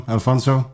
Alfonso